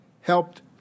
helped